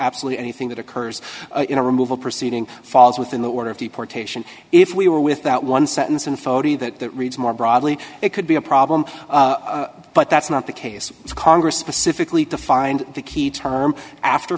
absolutely anything that occurs in a removal proceeding falls within the order of deportation if we were with that one sentence and foti that reads more broadly it could be a problem but that's not the case as congress specifically defined the key term after